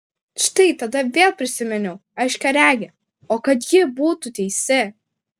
štai tada vėl prisiminiau aiškiaregę o kad ji būtų teisi